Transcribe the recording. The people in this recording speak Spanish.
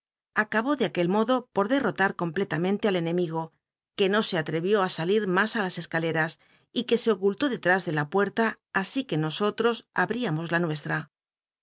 acabó de aquel modo por dcnota r complclamcnlr al cnetnigo que no se atrevió salir mas i las escaleras y h e se oculló delnis de la pucrta así que nosolros abríamos la jtueslra